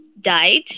died